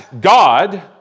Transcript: God